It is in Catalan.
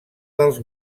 dels